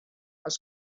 els